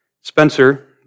Spencer